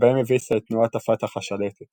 שבהם הביסה את תנועת הפת"ח השלטת.